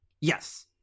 Yes